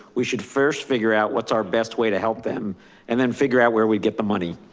we should first figure out what's our best way to help them and then figure out where we get the money.